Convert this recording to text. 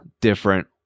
different